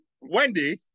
Wendy